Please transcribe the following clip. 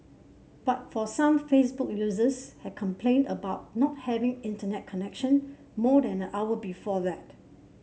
but for some Facebook users had complained about not having Internet connection more than a hour before that